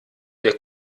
der